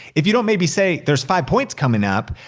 if you don't maybe say there's five points coming up,